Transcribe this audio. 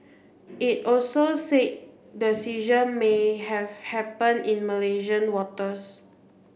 it also said the seizure may have happened in Malaysian waters